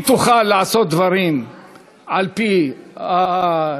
אם תוכל לעשות דברים על-פי ההסכמים